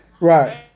Right